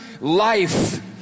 life